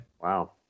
Wow